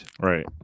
Right